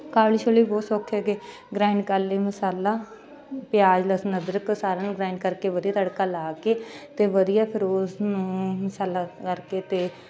ਕਾਲੇ ਛੋਲੇ ਵੀ ਬਹੁਤ ਸੌਖੇ ਹੈਗੇ ਗਰੈਂਡ ਕਰ ਲਏ ਮਸਾਲਾ ਪਿਆਜ ਲਸਣ ਅਦਰਕ ਸਾਰਿਆਂ ਨੂੰ ਗ੍ਰੈਂਡ ਕਰਕੇ ਵਧੀਆ ਤੜਕਾ ਲਾ ਕੇ ਅਤੇ ਵਧੀਆ ਫਿਰ ਉਸ ਨੂੰ ਮਸਾਲਾ ਕਰਕੇ ਅਤੇ